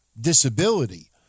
disability